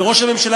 וראש הממשלה,